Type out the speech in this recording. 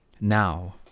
Now